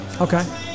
Okay